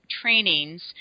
trainings